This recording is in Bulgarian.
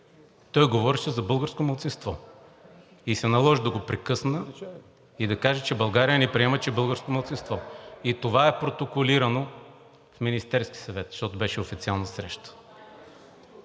той говореше за българско малцинство. Наложи се да го прекъсна и да кажа, че България не приема, че е българско малцинство, и това е протоколирано в Министерския съвет, защото беше официална среща.